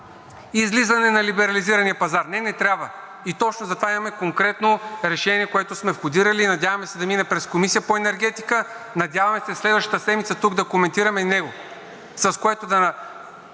излизане на либерализирания пазар. Не, не трябва! И точно заради това имаме конкретно решение, което сме входирали, и се надяваме да мине през Комисията по енергетика. Надяваме се следващата седмица тук да коментираме и него,